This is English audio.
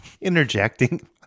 interjecting